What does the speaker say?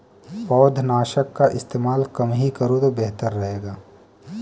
पौधनाशक का इस्तेमाल कम ही करो तो बेहतर रहेगा